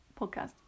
podcast